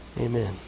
Amen